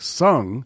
sung